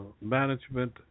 management